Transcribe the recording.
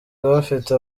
bafite